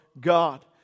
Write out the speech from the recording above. God